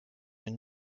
une